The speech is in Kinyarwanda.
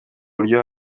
buryo